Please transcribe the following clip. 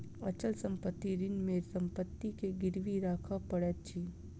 अचल संपत्ति ऋण मे संपत्ति के गिरवी राखअ पड़ैत अछि